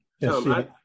Yes